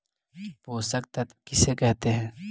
पोषक तत्त्व किसे कहते हैं?